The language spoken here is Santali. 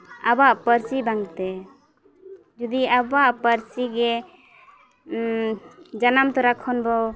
ᱟᱵᱚᱣᱟᱜ ᱯᱟᱹᱨᱥᱤ ᱵᱟᱝᱛᱮ ᱡᱩᱫᱤ ᱟᱵᱚᱣᱟᱜ ᱯᱟᱹᱨᱥᱤ ᱜᱮ ᱡᱟᱱᱟᱢ ᱛᱚᱨᱟ ᱠᱷᱚᱱ ᱵᱚ